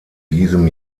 diesem